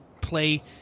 play